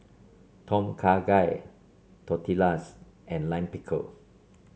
Tom Kha Gai Tortillas and Lime Pickle